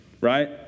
right